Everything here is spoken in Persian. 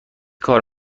کار